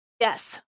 Yes